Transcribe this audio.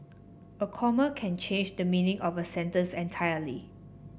a comma can change the meaning of a sentence entirely